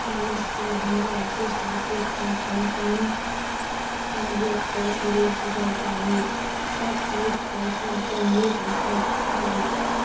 नमस्कार हमरा विशिष्ट विशेषताके सङ्ग सङ्ग लैपटॉप लेल सुझाव चाही शॉपक्लूजपर सबसे नीक विकल्प कि अछि